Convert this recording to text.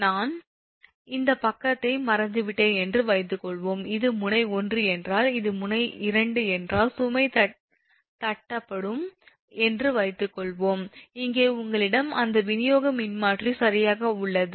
நான் இந்த பக்கத்தை மறந்துவிட்டேன் என்று வைத்துக்கொள்வோம் இது முனை 1 என்றால் இது முனை 2 என்றால் சுமை தட்டப்படும் என்று வைத்துக்கொள்வோம் இங்கே உங்களிடம் அந்த விநியோக மின்மாற்றி சரியாக உள்ளது